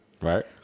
Right